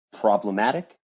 problematic